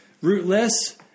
rootless